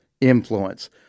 influence